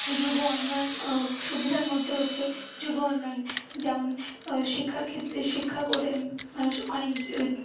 যুব উন্নয়ন সুবিধার মধ্যে হচ্ছে যুব উন্নয়ন যেমন শিক্ষার ক্ষেত্রে শিক্ষা করে মানুষ অনেক